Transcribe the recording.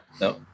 no